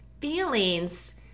feelings